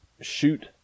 shoot